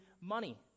money